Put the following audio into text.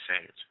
saved